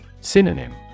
Synonym